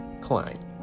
Klein